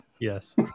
Yes